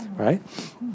right